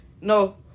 No